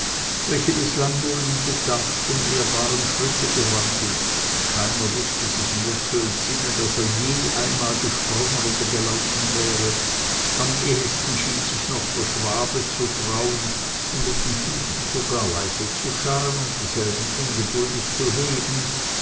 welche bislang nur in bedachtem ehrbarem schritt gewandelt keiner wußte sich mehr zu entsinnen daß er je einmal gesprungen oder gelaufen wäre am ehesten schien sich noch der schwabe zu trauen und mit den füßen sogar leise zu scharren und dieselben ungeduldig zu heben